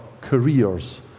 careers